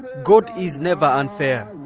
god is never unfair